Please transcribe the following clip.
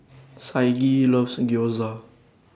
Saige loves Gyoza